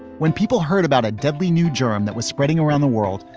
when people heard about a deadly new germ that was spreading around the world,